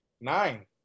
nine